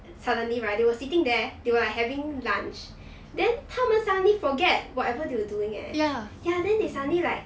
suddenly right they were sitting there they were like having lunch then 他们 suddenly forget whatever they were doing eh ya then they suddenly like